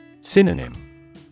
Synonym